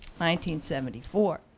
1974